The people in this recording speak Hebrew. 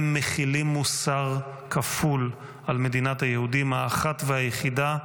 הם מחילים מוסר כפול על מדינת היהודים האחת והיחידה,